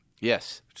Yes